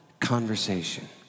conversation